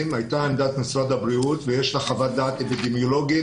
הייתה עמדת משרד הבריאות ויש לה חוות דעת אפידמיולוגית